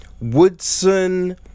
Woodson